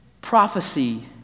prophecy